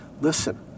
Listen